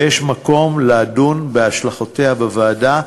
ויש מקום לדון בהשלכותיה בוועדה,